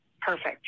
Perfect